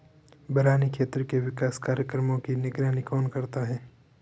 बरानी क्षेत्र के विकास कार्यक्रमों की निगरानी कौन करता है?